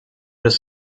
das